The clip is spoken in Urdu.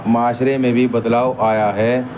معاشرے میں بھی بدلاؤ آیا ہے